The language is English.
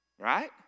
Right